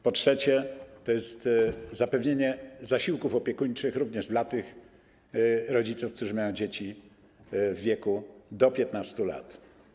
Po trzecie, to jest zapewnienie zasiłków opiekuńczych również dla tych rodziców, którzy mają dzieci w wieku do 15 lat.